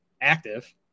active